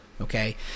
okay